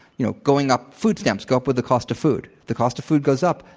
you know, going up food stamps go up with the cost of food. the cost of food goes up,